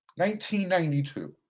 1992